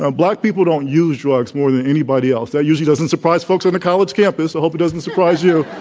um black people don't use drugs more than anybody else. that usually doesn't surprise folks on the college campus. i hope it doesn't surprise you.